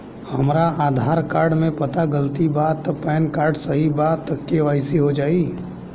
हमरा आधार कार्ड मे पता गलती बा त पैन कार्ड सही बा त के.वाइ.सी हो जायी?